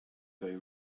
they